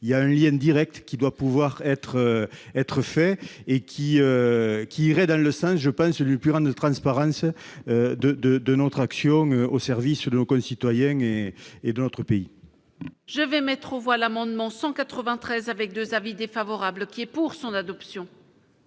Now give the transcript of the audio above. il y a un lien Direct qui doit pouvoir être être fait et qui qui irait dans le sens je pense du purin de transparence, de, de, de notre action au service de nos concitoyens et et de notre pays. Je vais mettre aux voix l'amendement 193 avec 2 avis défavorables qui est pour son adoption.